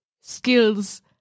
skills